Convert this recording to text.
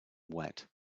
wet